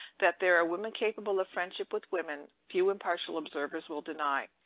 that there are women capable of friendship with women, few impartial observers will deny.